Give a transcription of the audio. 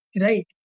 Right